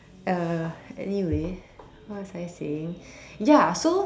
uh anyway what was I saying ya so